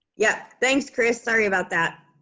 yeah, thanks chris sorry about that.